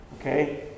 Okay